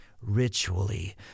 ritually